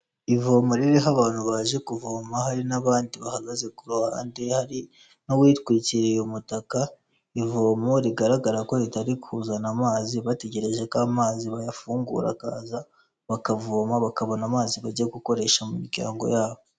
Ivomo ririho abantu baje kuvoma hari n'abandi bahagaze ku ruhande hari n'uwitwikiriye umutaka ivomo rigaragara ko ritari kuzana amazi bategereje ko amazi bayafungura akaza bakavoma bakabona amazi bajya gukoresha mu miryango yabo.